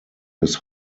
his